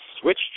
switch